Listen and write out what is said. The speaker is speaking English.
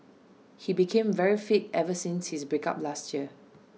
he became very fit ever since his break up last year